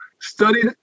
studied